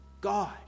God